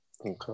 okay